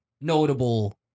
notable